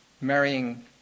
marrying